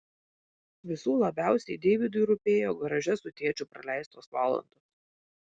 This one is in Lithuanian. visų labiausiai deividui rūpėjo garaže su tėčiu praleistos valandos